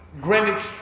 Greenwich